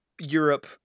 Europe